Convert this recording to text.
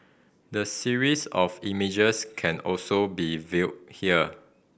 the series of images can also be viewed here